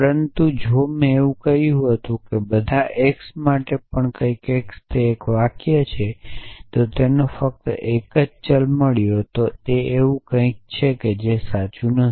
પરંતુ જો મેં એવું કહ્યું હતું કે બધા x માટે પણ કંઈક x તે એક વાક્ય છે જે તેને ફક્ત એક જ ચલ મળ્યો છે અને તે કંઈક એવું છે જે સાચું નથી